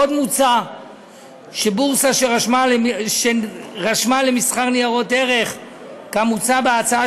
עוד מוצע שבורסה שרשמה למסחר ניירות ערך כמוצע בהצעה